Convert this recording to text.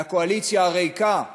מהקואליציה הריקה,